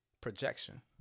Projection